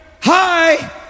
hi